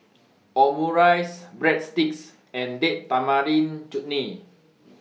Omurice Breadsticks and Date Tamarind Chutney